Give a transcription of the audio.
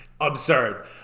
absurd